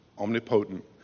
omnipotent